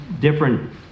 different